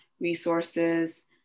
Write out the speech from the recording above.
Resources